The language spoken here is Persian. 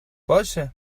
باشه